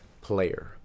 player